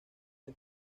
les